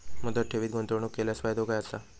मुदत ठेवीत गुंतवणूक केल्यास फायदो काय आसा?